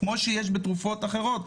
כמו שיש בתרופות אחרות,